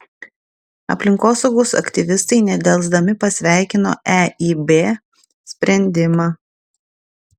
aplinkosaugos aktyvistai nedelsdami pasveikino eib sprendimą